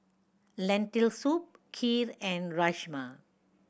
Lentil Soup Kheer and Rajma